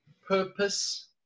purpose